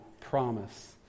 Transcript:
promise